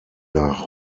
nach